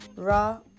Raw